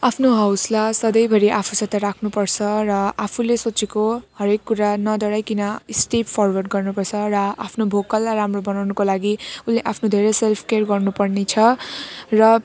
आफ्नो हौसला सधैँभरि आफूसित राख्नुपर्छ र आफूले सोचेको हरेक कुरा नडराइकन स्ट्रेट फर्वर्ड गर्नपर्छ र आफ्नो भोकललाई राम्रो बनाउनको लागि उसलेआफ्नो धेरै सेल्फ केयर गर्नुपर्ने छ र